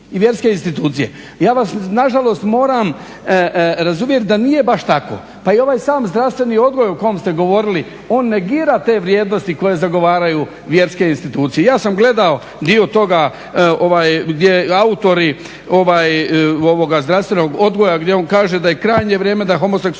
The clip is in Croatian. i vjerske institucije. Ja vas na žalost moram razuvjeriti da nije baš tako. Pa i ovaj sam zdravstveni odgoj o kojem ste govorili, on negira te vrijednosti koje zagoravaju vjerske institucije. Ja sam gledao dio toga, gdje autori zdravstvenog odgoja gdje on kaže da je krajnje vrijeme da homoseksualizam